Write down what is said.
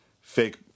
fake